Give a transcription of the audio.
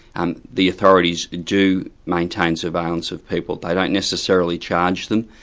um the authorities do maintain surveillance of people, they don't necessarily charge them,